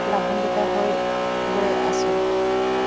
লাভান্বিত হৈ গৈ আছোঁ